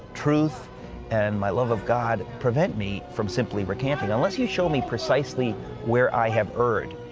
truth and my love of god revent me from simply recanting, unless you show me precisely where i have erred.